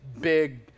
big